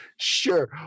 Sure